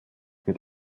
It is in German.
mit